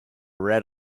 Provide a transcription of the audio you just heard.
read